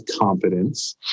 confidence